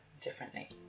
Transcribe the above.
differently